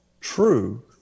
true